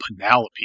penelope